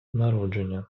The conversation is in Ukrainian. народження